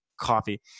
coffee